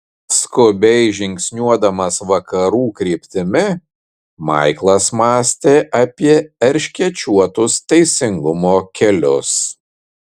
skubiai žingsniuodamas vakarų kryptimi maiklas mąstė apie erškėčiuotus teisingumo kelius